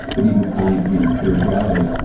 but even science meeting spirituality.